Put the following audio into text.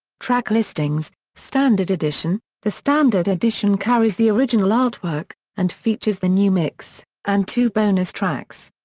track listings standard edition the standard edition carries the original artwork, and features the new mix, and two bonus tracks.